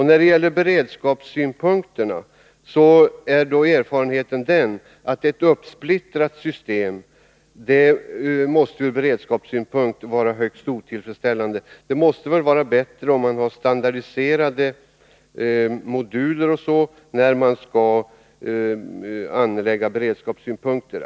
När det gäller beredskapssynpunkterna är erfarenheten den att ett uppsplittrat system måste vara högst otillfredsställande. Det måste väl vara bättre om man har standardiserade moduler etc.